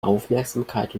aufmerksamkeit